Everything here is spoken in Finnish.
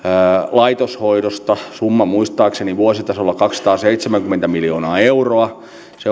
laitoshoidosta summa muistaakseni on vuositasolla kaksisataaseitsemänkymmentä miljoonaa euroa se